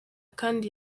kandi